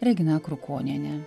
regina krukoniene